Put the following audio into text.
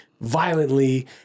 violently